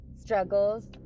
struggles